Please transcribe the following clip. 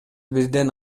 бирден